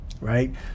right